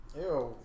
Ew